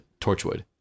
Torchwood